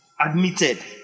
admitted